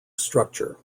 structure